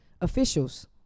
officials